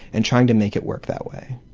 and trying to make it work that way.